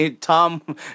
Tom